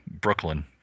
Brooklyn